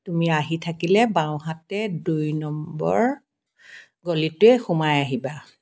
তুমি আহি থাকিলে বাওঁহাতে দুই নম্বৰ গলিটোৱে সোমাই আহিবা